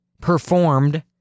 performed